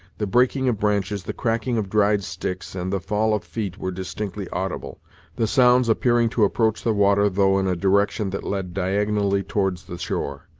the breaking of branches, the cracking of dried sticks, and the fall of feet were distinctly audible the sounds appearing to approach the water though in a direction that led diagonally towards the shore,